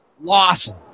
lost